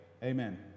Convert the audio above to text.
amen